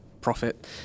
profit